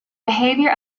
behaviour